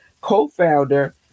co-founder